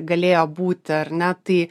galėjo būti ar ne tai